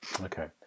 Okay